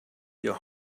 your